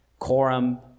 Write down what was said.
Corum